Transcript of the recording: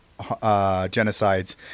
genocides